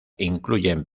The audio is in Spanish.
incluyen